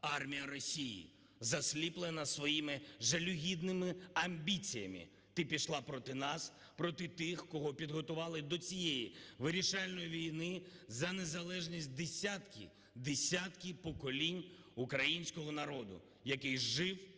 армія Росії, засліплена своїми жалюгідними амбіціями? Ти пішла проти нас, проти тих, кого підготували до цієї вирішальної війни за незалежність десятки, десятки поколінь українського народу, який жив